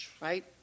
Right